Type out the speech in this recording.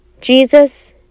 Jesus